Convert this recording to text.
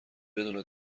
بدون